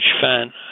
fan